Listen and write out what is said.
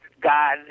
God